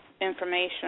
information